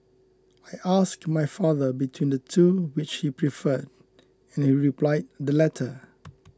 I asked my father between the two which he preferred and he replied the latter